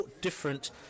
different